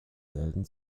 selten